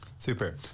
Super